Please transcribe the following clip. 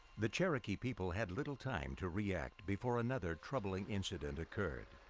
the cherokee people had little time to react before another troubling incident occurred.